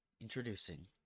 introducing